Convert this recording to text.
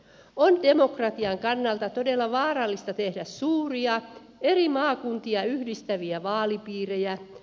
on demokratian kannalta todella vaarallista tehdä suuria eri maakuntia yhdistäviä vaalipiirejä